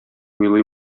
уйлый